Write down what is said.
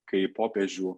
kai popiežių